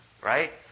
Right